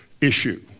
issue